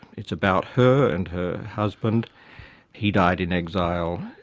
it's about her and her husband he died in exile,